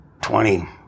twenty